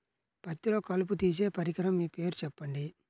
పత్తిలో కలుపు తీసే పరికరము పేరు చెప్పండి